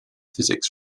physics